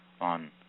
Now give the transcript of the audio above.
on